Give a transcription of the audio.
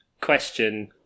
question